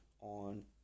on